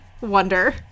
wonder